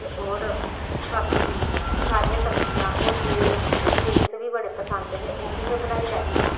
ते होर बाकी सारियां सब्जियां होर केह् बीन्स बी बड़े पसंद हे ओह् बी में बनाई लैन्नी आं